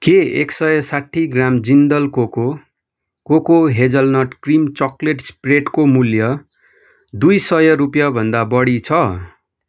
के एक सय साठी gram Jindal cocoa cocoa hazelnut cream chocolate स्प्रेडको मूल्य दुई सय रुपियाँभन्दा बढी छ